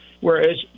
Whereas